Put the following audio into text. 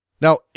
now